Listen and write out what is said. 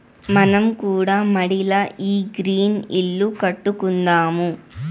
మనం కూడా మడిల ఈ గ్రీన్ ఇల్లు కట్టుకుందాము